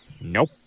Nope